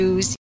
Use